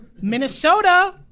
Minnesota